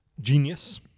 genius